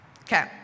Okay